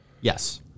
Yes